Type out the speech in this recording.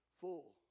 Full